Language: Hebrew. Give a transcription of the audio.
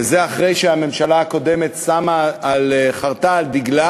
וזה אחרי שהממשלה הקודמת חרתה על דגלה